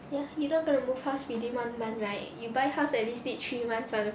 ya you not gonna move house within one month right you buy house at least need three months [one]